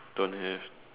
don't have